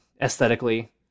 aesthetically